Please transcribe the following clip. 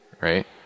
right